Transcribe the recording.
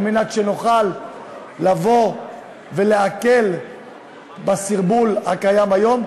על מנת שנוכל לבוא ולהקל בסרבול הקיים היום.